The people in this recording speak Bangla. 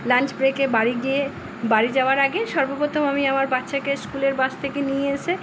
লাঞ্চ ব্রেকে বাড়ি গিয়ে বাড়ি যাওয়ার আগে সর্বপ্রথম আমি আমার বাচ্চাকে স্কুলের বাস থেকে নিয়ে এসে